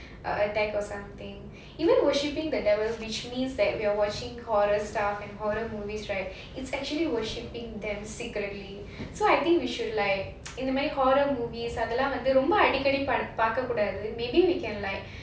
attack or something even worshipping the devil which means that we are watching horror stuff and horror movies right it's actually worshipping them secretly so I think we should like இந்த மாதிரி:indha maadhiri horror movies ரொம்ப அடிக்கடி பார்க்க கூடாது:romba adikadi paarka kudaadhu maybe we can like